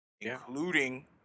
Including